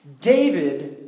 David